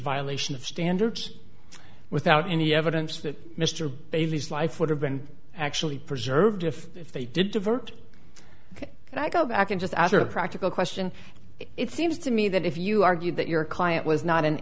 violation of standards without any evidence that mr bailey's life would have been actually preserved if if they did divert ok and i go back and just as a practical question it seems to me that if you argued that your client was not an